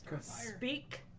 Speak